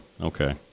okay